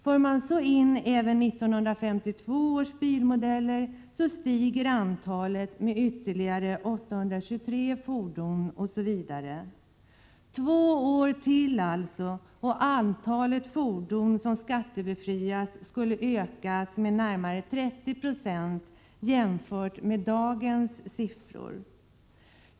För man så in även 1952 års bilmodeller stiger antalet med ytterligare 823 fordon, osv. Två år till alltså och antalet fordon som skattebefrias skulle öka med närmare 30 26 jämfört med antalet i dag.